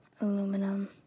aluminum